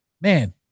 man